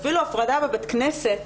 אפילו הפרדה בבית כנסת,